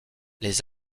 les